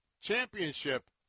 championship